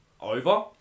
over